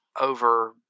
over